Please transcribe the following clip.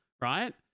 right